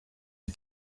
die